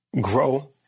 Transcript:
grow